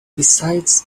besides